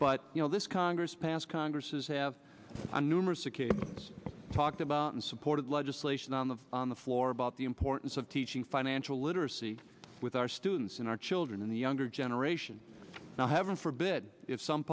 but you know this congress passed congress's have a numerous occasions talked about and supported legislation on the on the floor about the importance of teaching financial literacy with our students and children in the younger generation now heaven forbid if some